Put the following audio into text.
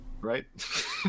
right